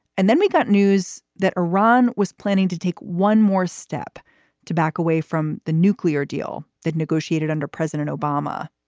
and then we got news that iran was planning to take one more step to back away from the nuclear deal that negotiated under president obama.